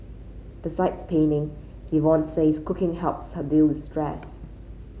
besides painting Yvonne says cooking helps her deal with stress